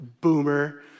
Boomer